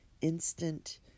instant